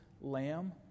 lamb